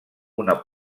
una